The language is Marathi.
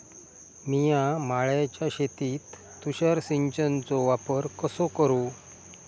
मिया माळ्याच्या शेतीत तुषार सिंचनचो वापर कसो करू?